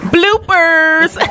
Bloopers